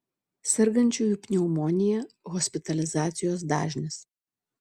sergančiųjų pneumonija hospitalizacijos dažnis